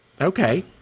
Okay